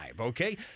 Okay